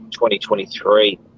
2023